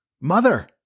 Mother